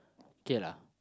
okay lah